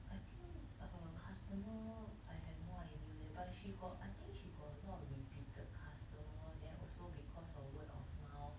I think her customer I have no idea leh but she got I think she got a lot of repeated customer then also because of word of mouth